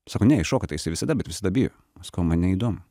sako ne iššoka tai jisai visada bet visada bijo sakau man neįdomu